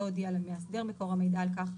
לא הודיע למאסדר מקור המידע על כך,